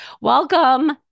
Welcome